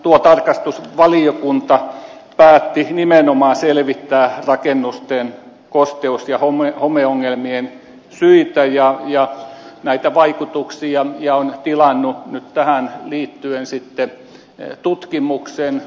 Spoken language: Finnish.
tuo tarkastusvaliokunta päätti nimenomaan selvittää rakennusten kosteus ja homeongelmien syitä ja näitä vaikutuksia ja on tilannut nyt tähän liittyen sitten tutkimuksen